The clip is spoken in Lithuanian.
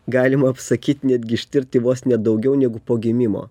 galima apsakyt netgi ištirti vos ne daugiau negu po gimimo